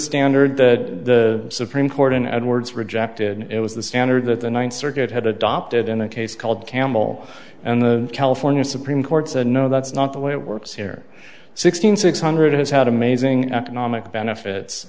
standard that the supreme court in edwardes rejected it was the standard that the ninth circuit had adopted in a case called campbell and the california supreme court said no that's not the way it works here sixteen six hundred has had amazing economic benefits